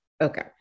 Okay